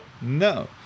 No